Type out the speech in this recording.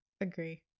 agree